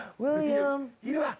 william. yeah